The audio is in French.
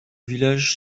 village